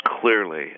clearly